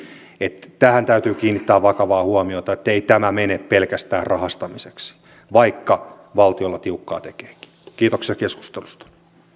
että tähän täytyy kiinnittää vakavaa huomiota ettei tämä mene pelkästään rahastamiseksi vaikka valtiolla tiukkaa tekeekin kiitoksia keskustelusta